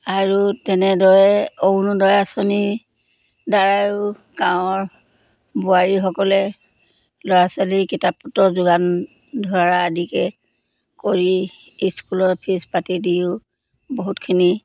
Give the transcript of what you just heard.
আৰু তেনেদৰে অৰুণোদয় আঁচনি দ্বাৰাই গাঁৱৰ বোৱাৰীসকলে ল'ৰা ছোৱালী কিতাপ পত্ৰ যোগান ধৰা আদিকে কৰি স্কুলৰ ফিজ পাতি দিওঁ বহুতখিনি